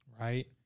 Right